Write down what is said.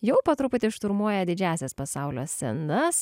jau po truputį šturmuoja didžiąsias pasaulio scenas